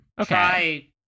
Okay